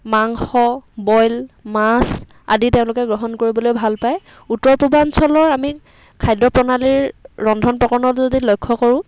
মাংস বইল মাছ আদি তেওঁলোকে গ্ৰহণ কৰিবলৈ ভাল পায় উত্তৰ পূৰ্বাঞ্চলৰ আমি খাদ্যপ্ৰণালীৰ ৰন্ধন প্ৰকৰণত যদি লক্ষ্য কৰোঁ